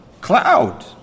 Cloud